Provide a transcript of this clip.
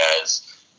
guys